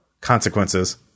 consequences